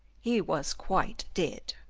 he was quite dead.